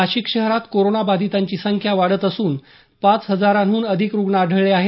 नाशिक शहरात कोरोना बाधीतांची संख्या वाढत असून पाच हजाराहून अधिक रूग्ण आढळले आहेत